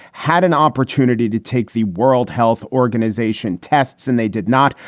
had an opportunity to take the world health organization tests and they did not.